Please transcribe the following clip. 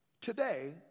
today